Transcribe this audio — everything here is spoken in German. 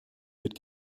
wird